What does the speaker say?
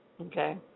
Okay